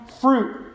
fruit